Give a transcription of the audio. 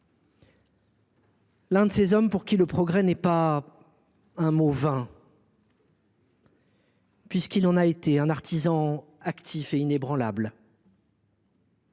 l’un de ces hommes pour qui le progrès n’est pas un mot vain, puisqu’il en a été un artisan actif et inébranlable